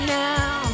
now